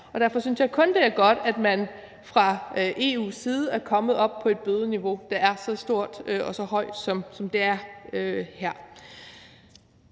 Derfor synes jeg kun, det er godt, at man fra EU's side er kommet op på et bødeniveau, der er så højt, som det er her.